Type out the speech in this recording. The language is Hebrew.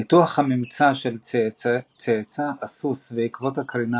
ניתוח הממצא של צעצוע הסוס ועקבות של קרינה